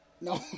No